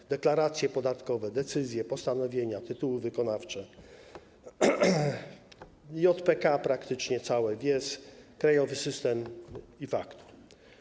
To deklaracje podatkowe, decyzje, postanowienia, tytuły wykonawcze, JPK, praktycznie całe, VIES, Krajowy System e-Faktur.